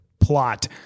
plot